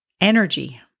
energy